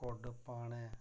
कुड्ड पाने